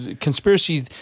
conspiracy